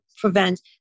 prevent